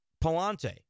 Palante